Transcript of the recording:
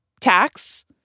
tax